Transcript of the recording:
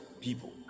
people